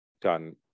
done